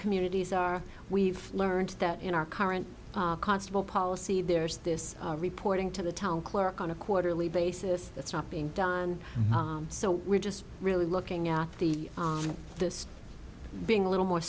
communities are we've learned that in our current constable policy there's this reporting to the town clerk on a quarterly basis that's not being done so we're just really looking at the this being a little more